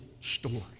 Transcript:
story